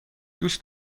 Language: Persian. دوست